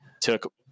took